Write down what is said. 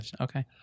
Okay